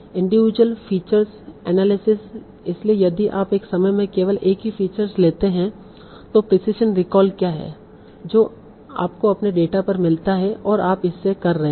individual feature analysis इसलिए यदि आप एक समय में केवल एक ही फीचर लेते हैं तो प्रिसिशन रिकॉल क्या है जो आपको अपने डेटा पर मिलता है और आप इसे कर रहे हैं